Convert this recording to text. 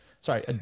Sorry